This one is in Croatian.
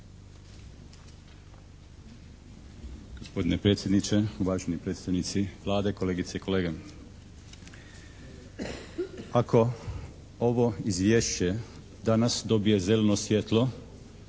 Gospodine predsjedniče, uvaženi predstojnici Vlade, kolegice i kolege. Ako ovo Izvješće danas dobije zeleno svijetlo